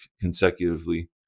consecutively